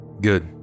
Good